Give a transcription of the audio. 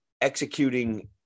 executing